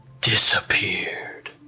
disappeared